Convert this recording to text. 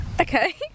Okay